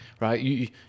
right